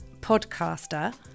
podcaster